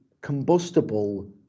combustible